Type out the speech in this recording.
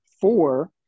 four